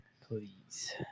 Please